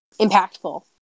impactful